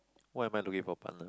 why am I looking for a partner